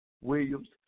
Williams